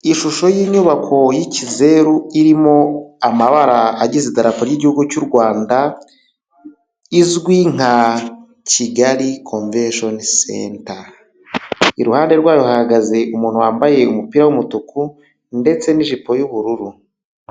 Ishusho y'inyubako yikizeru irimo amabara agize Idarapo ry'Igihugu cy'u Rwanda, izwi nka Kigali Convention Center, iruhande rwayo hahagaze umuntu wambaye umupira w'umutuku ndetse n'ijipo y'ubururu.